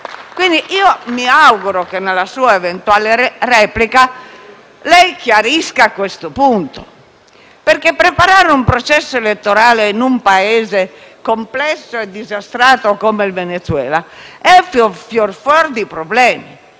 Pertanto mi auguro che nella sua eventuale replica lei chiarisca questo punto perché preparare un processo elettorale in un Paese complesso e disastrato come il Venezuela è un grande problema: